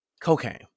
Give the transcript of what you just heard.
cocaine